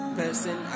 person